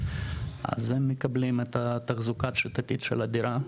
אז הם מקבלים את התחזוקה שיטתית של הדירה,